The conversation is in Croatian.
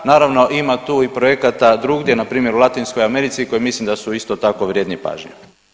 Naravno ima tu i projekata drugdje npr. u Latinskoj Americi koji mislim da su isto tako vrijedni pažnje.